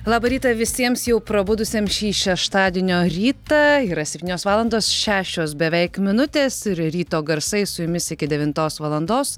labą rytą visiems jau prabudusiem šį šeštadienio rytą yra septynios valandos šešios beveik minutės ir ryto garsai su jumis iki devintos valandos